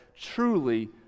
truly